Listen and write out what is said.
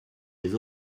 les